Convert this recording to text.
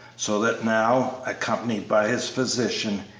so that now, accompanied by his physician,